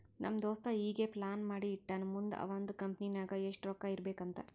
ನಮ್ ದೋಸ್ತ ಈಗೆ ಪ್ಲಾನ್ ಮಾಡಿ ಇಟ್ಟಾನ್ ಮುಂದ್ ಅವಂದ್ ಕಂಪನಿ ನಾಗ್ ಎಷ್ಟ ರೊಕ್ಕಾ ಇರ್ಬೇಕ್ ಅಂತ್